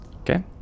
Okay